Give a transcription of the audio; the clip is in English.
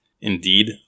Indeed